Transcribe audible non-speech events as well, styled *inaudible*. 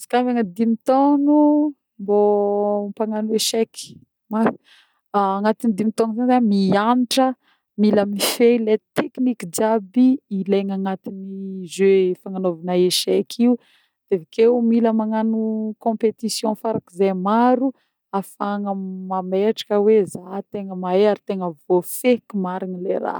Izy koà managna dimy taogno mbô mpagnano échec *unintelligible* agnatiny dimy taogno zegny zah mianatra mila mifehy le tekniky jiaby ilegny agnatin'ny jeux fagnanovana échec io de avekeo mila magnano compétition farakize maro afahagna mametraka hoe zah tegna mahe ary tegna voafehiko marina le raha.